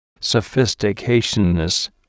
sophisticationness